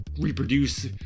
reproduce